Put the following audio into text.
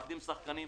מאבדים שחקנים.